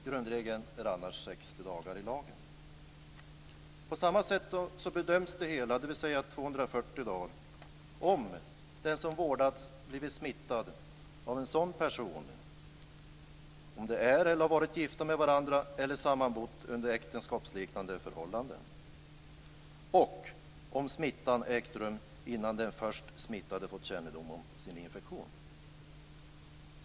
Grundregeln i lagen är annars På samma sätt, dvs. med 240 dagars full ersättning som utgångspunkt, görs bedömningen om den som vårdats blivit smittad av en annan hivsmittad person, om personerna i fråga är eller har varit gifta med varandra eller sammanbott under äktenskapsliknande förhållanden och om smittan ägt rum innan den först smittade fått kännedom om sin infektion.